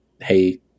Hey